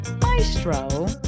maestro